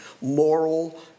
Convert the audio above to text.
moral